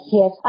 yes